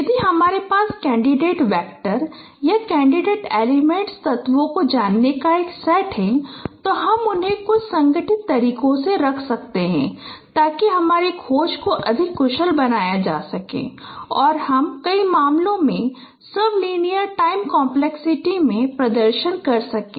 यदि हमारे पास कैंडिडेट वेक्टर या कैंडिडेट एलीमेन्टतत्वों को जानने का एक सेट है तो हम उन्हें कुछ संगठित तरीके से रख सकते हैं ताकि हमारी खोज को अधिक कुशल बनाया जा सके और हम कई मामलों में सब लीनियर टाइम कॉम्प्लेक्सिटी में प्रदर्शन कर सकें